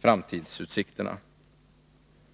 framtidsutsikterna.